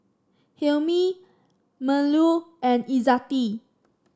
Hilmi Melur and Izzati